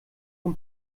von